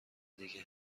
دیگه